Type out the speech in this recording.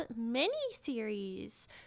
mini-series